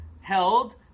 held